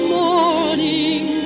morning